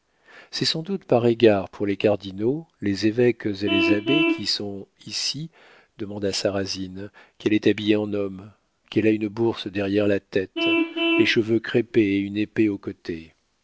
c'est sans doute par égard pour les cardinaux les évêques et les abbés qui sont ici demanda sarrasine qu'elle est habillée en homme qu'elle a une bourse derrière la tête les cheveux crêpés et une épée au côté